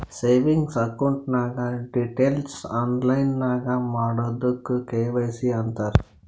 savings account ನಾಗ್ details online ನಾಗ್ ಮಾಡದುಕ್ ಕೆ.ವೈ.ಸಿ ಅಂತಾರ್